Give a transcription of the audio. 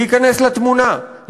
להיכנס לתמונה,